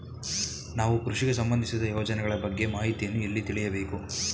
ನಾವು ಕೃಷಿಗೆ ಸಂಬಂದಿಸಿದ ಯೋಜನೆಗಳ ಬಗ್ಗೆ ಮಾಹಿತಿಯನ್ನು ಎಲ್ಲಿ ತಿಳಿಯಬೇಕು?